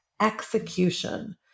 execution